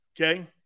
Okay